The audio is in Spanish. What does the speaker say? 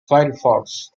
firefox